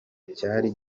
cyari